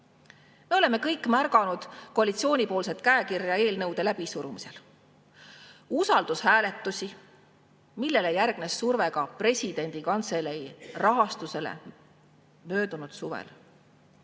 oleme kõik märganud koalitsiooni käekirja eelnõude läbisurumisel, usaldushääletusi, millele järgnes surve ka presidendi kantselei rahastusele möödunud suvel.